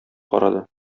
карады